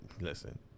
listen